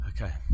Okay